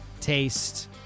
taste